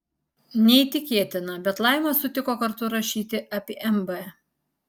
neįtikėtina bet laima sutiko kartu rašyti apie mb